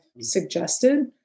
suggested